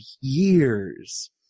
years